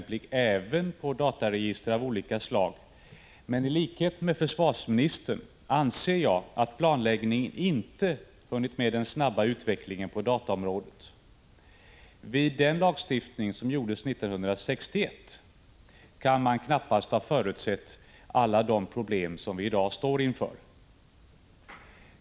1985/86:145 lig även på dataregister av olika slag, men i likhet med försvarsministern 20 maj 1986 anser jag att planläggningen inte har hunnit med den snabba utvecklingen på dataområdet. Vid lagstiftningen 1961 kan man knappast ha förutsett alla de problem som vi i dag står inför.